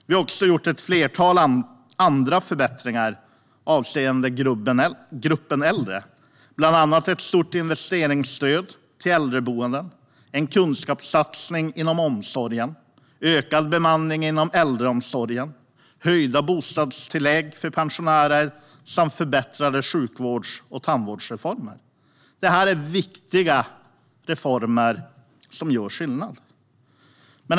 Vi har också gjort ett flertal andra förbättringar för gruppen äldre, bland annat ett stort investeringsstöd till äldreboenden, en kunskapssatsning inom omsorgen, ökad bemanning inom äldreomsorgen, höjda bostadstillägg för pensionärer samt förbättrade sjukvårds och tandvårdsförmåner. Detta är viktiga reformer som gör skillnad.